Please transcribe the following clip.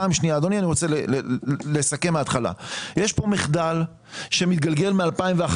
פעם שנייה, אני מסכם יש פה מחדל שמתגלגל מ-2011.